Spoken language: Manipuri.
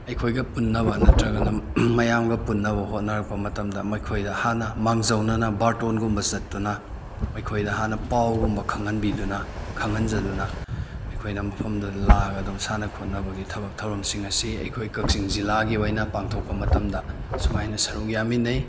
ꯑꯩꯈꯣꯏꯒ ꯄꯨꯟꯅꯕ ꯅꯠꯇ꯭ꯔꯒꯅ ꯃꯌꯥꯝꯒ ꯄꯨꯟꯅꯕ ꯍꯣꯠꯅꯔꯛꯄ ꯃꯇꯝꯗ ꯃꯈꯣꯏꯗ ꯍꯥꯟꯅ ꯃꯥꯡꯖꯧꯅꯅ ꯕꯥꯔꯇꯣꯟꯒꯨꯝꯕ ꯆꯠꯇꯨꯅ ꯃꯈꯣꯏꯗ ꯍꯥꯟꯅ ꯄꯥꯎꯒꯨꯝꯕ ꯈꯪꯍꯟꯕꯤꯗꯨꯅ ꯈꯪꯍꯟꯖꯗꯨꯅ ꯑꯩꯈꯣꯏꯅ ꯃꯐꯝꯗꯨꯗ ꯂꯥꯛꯑꯒ ꯑꯗꯨꯝ ꯁꯥꯟꯅ ꯈꯣꯠꯅꯕꯒꯤ ꯊꯕꯛ ꯊꯧꯔꯝꯁꯤꯡ ꯑꯁꯤ ꯑꯩꯈꯣꯏ ꯀꯛꯆꯤꯡ ꯖꯤꯜꯂꯥꯒꯤ ꯑꯣꯏꯅ ꯄꯥꯡꯊꯣꯛꯄ ꯃꯇꯝꯗ ꯁꯨꯃꯥꯏꯅ ꯁꯔꯨꯛ ꯌꯥꯃꯤꯟꯅꯩ